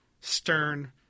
stern